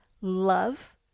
love